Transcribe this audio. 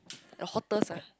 the hottest ah